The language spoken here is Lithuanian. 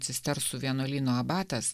cistersų vienuolyno abatas